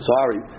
Sorry